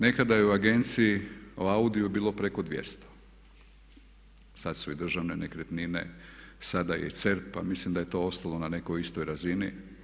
Nekada je u agenciji u AUDI-u bilo preko 200, sad su i državne nekretnine, sada je i CERP pa mislim da je to ostalo na nekoj istoj razini.